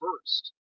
first